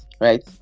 right